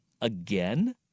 again